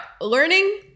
Learning